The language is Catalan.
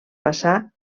passar